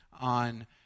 on